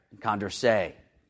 Condorcet